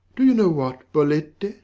do you know what, bolette?